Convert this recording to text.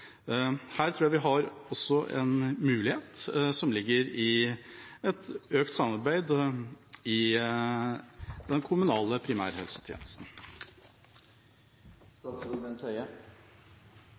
Her tror jeg det også ligger en mulighet i økt samarbeid i den kommunale primærhelsetjenesten.